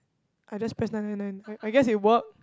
I just press nine nine nine I I guess it work